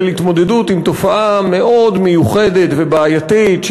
התמודדות עם תופעה מאוד מיוחדת ובעייתית,